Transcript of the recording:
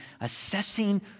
assessing